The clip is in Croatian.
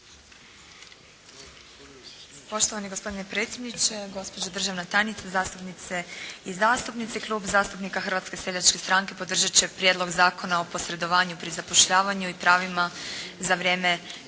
Poštovani gospodine predsjedniče, gospođo državna tajnice, zastupnice i zastupnici. Klub zastupnika Hrvatske seljačke stranke podržati će Prijedlog zakona o posredovanju pri zapošljavanju i pravima za vrijeme